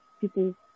people